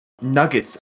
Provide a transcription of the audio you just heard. nuggets